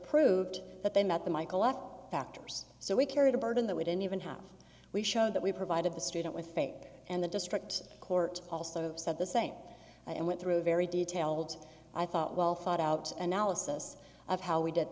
proved that they met the michael factors so we carried a burden that we didn't even have we show that we provided the student with faith and the district court also said the same and went through a very detailed i thought well thought out analysis of how we did